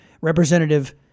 Representative